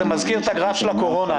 זה מזכיר את הגרף של הקורונה,